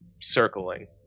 circling